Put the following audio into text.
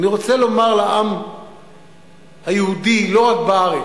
אני רוצה לומר לעם היהודי, לא רק בארץ,